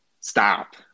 Stop